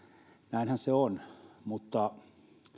näinhän se on mutta